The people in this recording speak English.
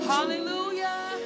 Hallelujah